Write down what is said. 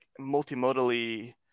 multimodally